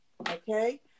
Okay